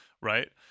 right